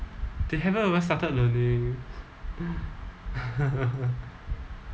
they haven't even started learning